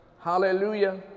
Hallelujah